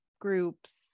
groups